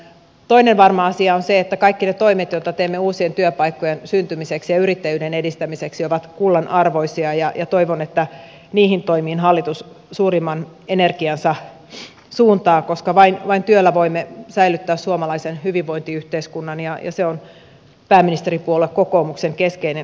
toinen varma asia on se että kaikki ne toimet joita teemme uusien työpaikkojen syntymiseksi ja yrittäjyyden edistämiseksi ovat kullanarvoisia ja toivon että niihin toimiin hallitus suurimman energiansa suuntaa koska vain työllä voimme säilyttää suomalaisen hyvinvointiyhteiskunnan ja se on pääministeripuolue kokoomuksen keskeinen tavoite